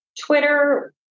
Twitter